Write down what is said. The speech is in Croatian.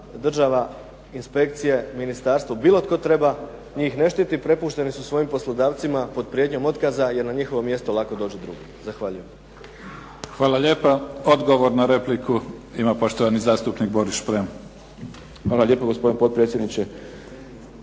država, inspekcije, ministarstvo bilo tko treba njih ne štiti, prepušteni su svojim poslodavcima pod prijetnjom otkaza jer na njihovo mjesto lako dođu drugi. Zahvaljujem. **Mimica, Neven (SDP)** Hvala lijepa. Odgovor na repliku ima poštovani zastupnik Boris Šprem. **Šprem, Boris (SDP)** Hvala lijepo gospodine potpredsjedniče.